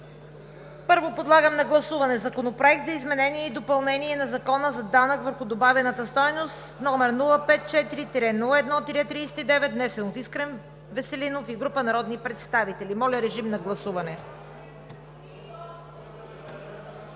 Първо подлагам на гласуване Законопроект за изменение и допълнение на Закона за данък върху добавената стойност, № 054 01-39, внесен от Искрен Веселинов и група народни представители. Гласували